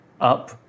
up